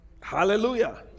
Hallelujah